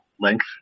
length